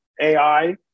AI